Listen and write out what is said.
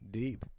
deep